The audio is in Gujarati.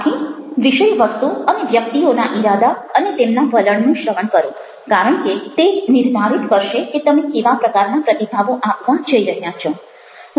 આથી વિષયવસ્તુ અને વ્યક્તિઓના ઈરાદા અને તેમના વલણનું શ્રવણ કરો કારણ કે તે નિર્ધારિત કરશે કે તમે કેવા પ્રકારના પ્રતિભાવો આપવા જઈ રહ્યા છો